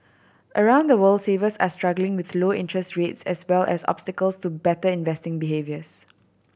around the world savers are struggling with low interest rates as well as obstacles to better investing behaviours